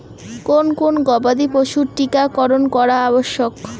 কোন কোন গবাদি পশুর টীকা করন করা আবশ্যক?